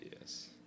Yes